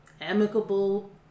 amicable